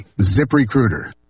ZipRecruiter